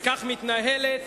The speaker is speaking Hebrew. וכך הגברת לבני מתנהלת,